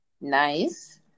Nice